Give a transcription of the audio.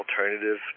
alternative